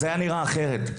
זה היה נראה אחרת.